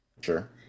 Sure